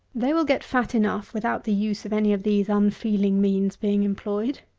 they will get fat enough without the use of any of these unfeeling means being employed.